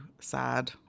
sad